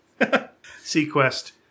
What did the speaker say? Sequest